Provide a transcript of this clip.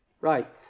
Right